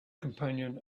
companion